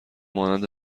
مانند